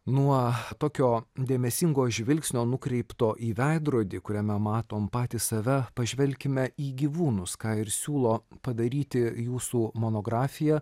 nuo tokio dėmesingo žvilgsnio nukreipto į veidrodį kuriame matom patys save pažvelkime į gyvūnus ką ir siūlo padaryti jūsų monografija